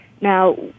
Now